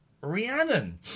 Rhiannon